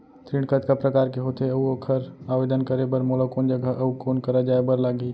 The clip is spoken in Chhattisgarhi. ऋण कतका प्रकार के होथे अऊ ओखर आवेदन करे बर मोला कोन जगह अऊ कोन करा जाए बर लागही?